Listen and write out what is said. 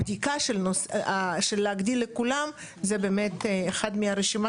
הבדיקה להגדיל לכולם זו באמת אחד מרשימת